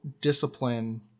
discipline